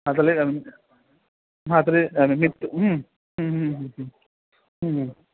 हा चलेग हा तर्हि मित्